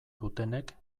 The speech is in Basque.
dutenek